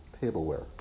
tableware